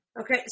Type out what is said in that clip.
Okay